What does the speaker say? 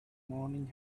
morning